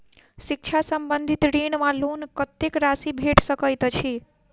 शिक्षा संबंधित ऋण वा लोन कत्तेक राशि भेट सकैत अछि?